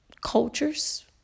cultures